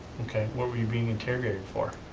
okay. what were you being interrogated for?